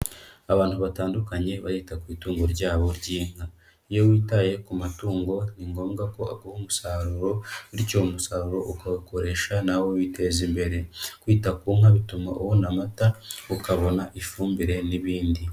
Abantu batandukanye barita ku itungo ryabo ry'inka. Iyo witaye ku matungo ni ngombwa ko aguha umusaruro, bityo umusaruro ukawukoresha nawe witeza imbere. Kwita ku nka bituma ubona amata, ukabona ifumbire n'ibindi.